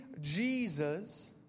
Jesus